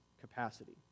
capacity